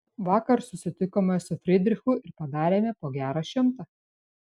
vakar susitikome su fridrichu ir padarėme po gerą šimtą